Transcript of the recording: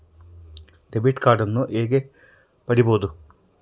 Debit ಕಾರ್ಡನ್ನು ಹೇಗೆ ಪಡಿಬೋದು?